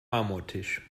marmortisch